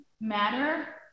matter